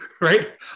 Right